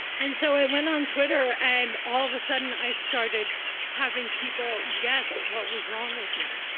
and so i went on twitter, and all of a sudden, i started having people guess what was wrong with me.